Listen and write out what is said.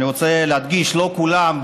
אני רוצה להדגיש: לא כולם,